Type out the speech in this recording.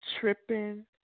tripping